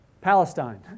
Palestine